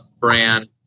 brand